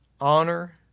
honor